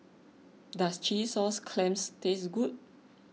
does Chilli Sauce Clams taste good